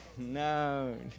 No